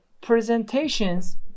presentations